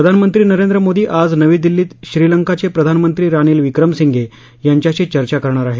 प्रधानमंत्री नरेंद्र मोदी आज नवी दिल्लीत श्रीलंकाचे प्रधानमंत्री रानील विक्रमिसंघे यांच्याशी चर्चा करणार आहेत